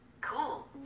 Cool